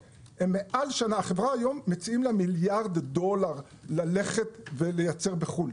החברה היום מציעים לה מיליארד דולר ללכת ולייצר בחו"ל,